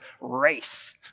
race